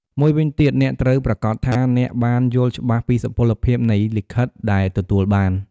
មួយវិញទៀតអ្នកត្រូវប្រាកដថាអ្នកបានយល់ច្បាស់ពីសុពលភាពនៃលិខិតដែលទទួលបាន។